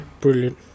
brilliant